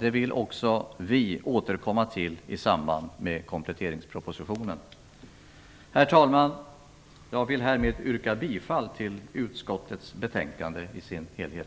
vill också vi återkomma till i samband med kompletteringspropositionen. Herr talman! Jag vill härmed yrka bifall till hemställan i utskottets betänkande i sin helhet.